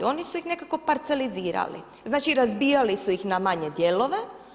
Oni su ih nekako parcelizirali, znači razbijali su ih na manje dijelove.